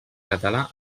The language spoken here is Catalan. català